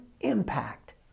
impact